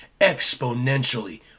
exponentially